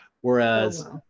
whereas